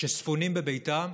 שספונים בביתם.